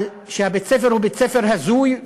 שבית-הספר הוא בית-ספר הזוי,